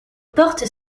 portes